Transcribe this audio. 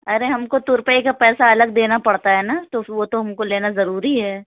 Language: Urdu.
ارے ہم کو ترپائی کا پیسہ الگ دینا پڑتا ہے نہ وہ تو ہم کو لینا ضروری ہے